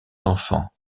enfants